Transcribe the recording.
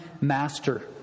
master